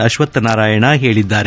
ಅಶ್ವಥ್ ನಾರಾಯಣ ಹೇಳಿದ್ದಾರೆ